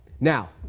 Now